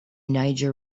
niger